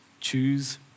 Choose